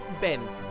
Ben